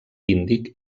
índic